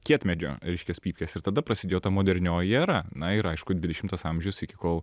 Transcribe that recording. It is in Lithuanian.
kietmedžio reiškias pypkes ir tada prasidėjo ta modernioji era na ir aišku dvidešimtas amžius iki kol